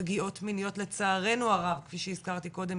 פגיעות מיניות לצערנו הרב כפי שהזכרתי קודם,